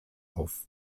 auf